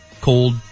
cold